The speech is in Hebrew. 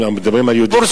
כשמדברים על יהודים זה תקין?